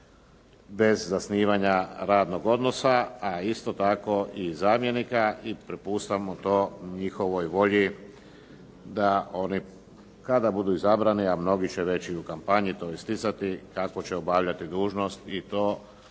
bez zasnivanja radnog odnosa, a isto tako i zamjenika. I prepuštamo to njihovoj volji da oni kada budu izabrani, a mnogi će već i u kampanji to isticati, kako će obavljati dužnost i to